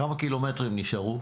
כמה קילומטרים נשארו?